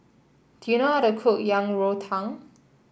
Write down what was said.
do you know how to cook Yang Rou Tang